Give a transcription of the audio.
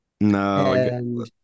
No